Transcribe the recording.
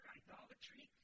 idolatry